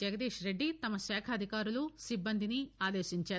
జగదీష్రెడ్డి తమ శాఖ అధికారులు సిబ్బందిని ఆదేశించారు